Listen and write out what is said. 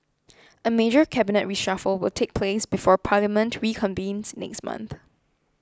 a major cabinet reshuffle will take place before parliament reconvenes next month